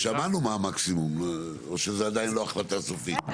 שמענו מה המקסימום או שזאת עדיין לא החלטה סופית.